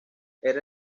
era